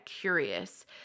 curious